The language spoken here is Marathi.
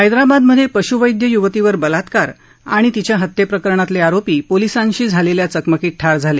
हैदराबादमधे पशुवैद्य युवतीवर बलात्कार आणि तिच्या हत्येप्रकरणातले आरोपी पोलिसांशी झालेल्या चकमकीत ठार झाले